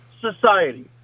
society